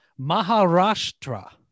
Maharashtra